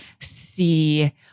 See